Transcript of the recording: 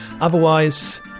Otherwise